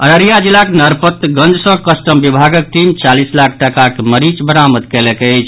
अररिया जिलाक नरपतगंज सँ कस्टम विभागक टीम चालीस लाख टाकाक मरीच बरामद कयलक अछि